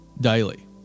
daily